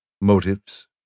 motives